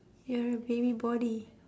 you are a baby body